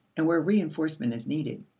and where reinforcement is needed.